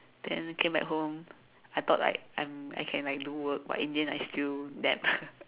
then came back home I thought like I'm I can like do work but in the then I still nap